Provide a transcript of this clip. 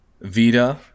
vita